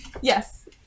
yes